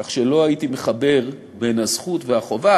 כך שלא הייתי מחבר בין הזכות והחובה,